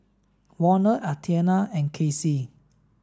Warner Athena and Kasey